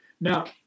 Now